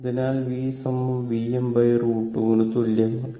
അതിനാൽ vVm√2 ന് തുല്യമാണ്